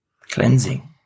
Cleansing